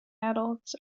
adults